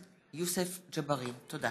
תודה.